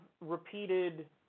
repeated